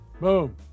boom